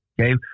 Okay